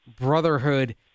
brotherhood